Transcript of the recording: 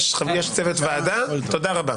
יש צוות ועדה תודה רבה.